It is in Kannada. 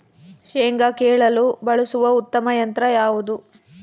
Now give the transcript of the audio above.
ಶೇಂಗಾ ಕೇಳಲು ಬಳಸುವ ಉತ್ತಮ ಯಂತ್ರ ಯಾವುದು?